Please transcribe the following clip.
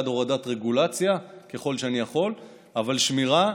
בעד הורדת רגולציה ככל שאני יכול אבל עם שמירה,